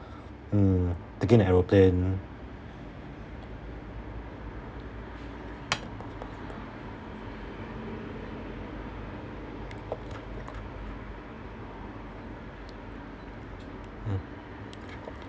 mm taking a aeroplane mm